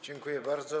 Dziękuję bardzo.